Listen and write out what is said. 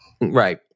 Right